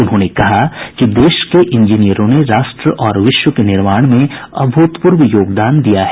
उन्होंने कहा कि देश के इंजीनियरों ने राष्ट्र और विश्व के निर्माण में अभूतपूर्व योगदान दिया है